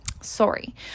Sorry